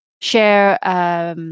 share